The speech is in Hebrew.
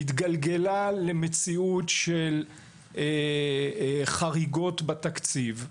התגלגלה למציאות של חריגות בתקציב.